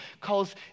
calls